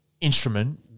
instrument